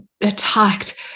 attacked